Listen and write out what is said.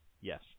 Yes